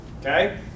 Okay